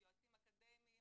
יועצים אקדמיים,